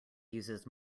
uses